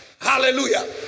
Hallelujah